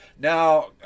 Now